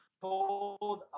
told